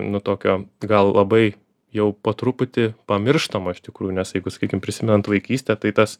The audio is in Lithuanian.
nu tokio gal labai jau po truputį pamirštama iš tikrųjų nes jeigu sakykim prisimenant vaikystę tai tas